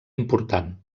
important